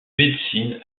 médecine